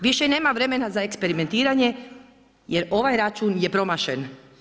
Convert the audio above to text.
Više nema vremena za eksperimentiranje jer ovaj račun je promašen.